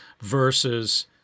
versus